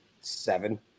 seven